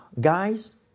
guys